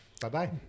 Bye-bye